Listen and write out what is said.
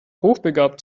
hochbegabt